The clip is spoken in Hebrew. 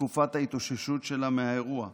תקופת ההתאוששות שלה מהאירוע.